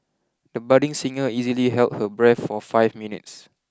the budding singer easily held her breath for five minutes